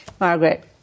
Margaret